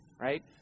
Right